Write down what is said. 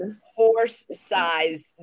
horse-sized